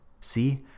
See